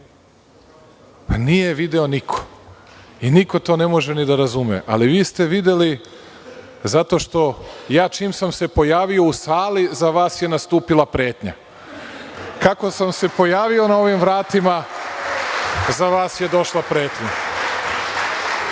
Nije je video niko i niko to ne može ni da razume, ali vi ste je videli čim sam se pojavio u sali i za vas je nastupila pretnja. Kako sam se pojavio na ovim vratima, za vas je došla pretnja.